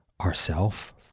ourself